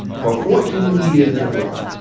for fourteen years in a row,